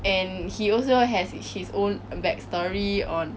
and he also has his own back story on